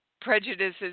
prejudices